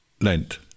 Lent